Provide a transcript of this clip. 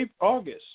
August